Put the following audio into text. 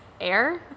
air